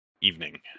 evening